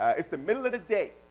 it's the middle of the day.